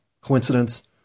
Coincidence